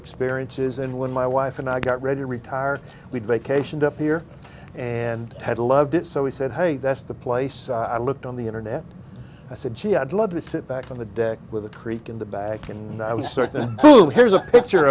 experiences and when my wife and i got ready to retire we vacationed up here and had loved it so we said hey that's the place i looked on the internet i said she had learned to sit back on the deck with a creek in the back and i was certain here's a picture